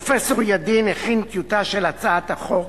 פרופסור ידין הכין טיוטה של הצעת החוק